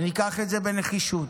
וניקח את זה בנחישות,